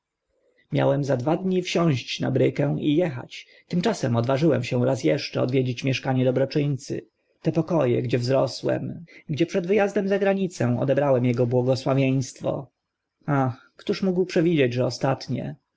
miałem za dwa dni wsiąść na brykę i echać tymczasem odważyłem się raz eszcze odwiedzić mieszkanie dobroczyńcy te poko e gdzie wzrosłem gdzie przed wy azdem za granicę odebrałem ego błogosławieństwo ach któż mógł przewidzieć że ostatnie